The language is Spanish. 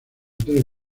tres